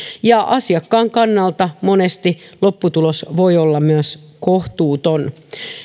ja asiakkaan kannalta lopputulos voi myös monesti olla kohtuuton